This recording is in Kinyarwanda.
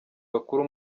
bakuru